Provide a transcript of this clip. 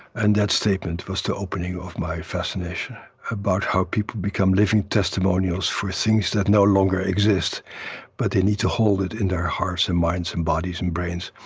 and that statement was the opening of my fascination about how people become living testimonials for things that no longer exist but they need to hold it in their hearts and minds and bodies and brains.